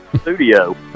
studio